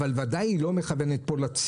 אבל בוודאי היא לא מכוונת פה לציבור